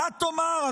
מה תאמר,